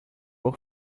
auch